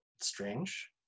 strange